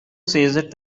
ceased